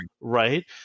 right